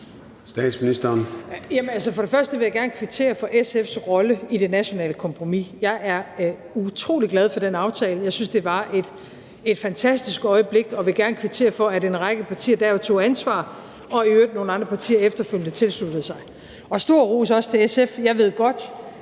Statsministeren (Mette Frederiksen): For det første vil jeg gerne kvittere for SF's rolle i det nationale kompromis. Jeg er utrolig glad for den aftale – jeg syntes, det var et fantastisk øjeblik, og jeg vil gerne kvittere for, at en række partier dér jo tog ansvar, og at nogle andre partier i øvrigt efterfølgende tilsluttede sig. Og jeg vil også give stor ros til SF. Jeg ved godt,